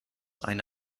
eine